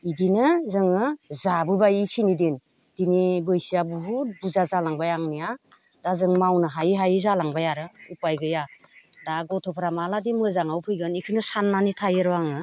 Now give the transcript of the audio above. बिदिनो जोङो जाबोबाय बैखिनि दिन दिनै बैसोआ बहुत बुरजा जालांबाय आंनिया दा जों मावनो हायि हायि जालांबाय आरो उपाय गैया दा गथ'फोरा माब्लादि मोजाङाव फैगोन बेखौनो साननानै थायो र' आङो